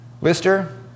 Lister